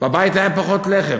בבית היה פחות לחם.